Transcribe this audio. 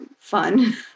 fun